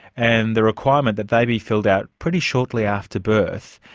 and the requirement that they be filled out pretty shortly after birth.